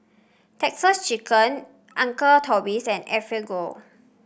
Texas Chicken Uncle Toby's and Enfagrow